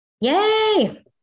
Yay